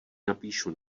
napíšu